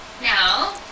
now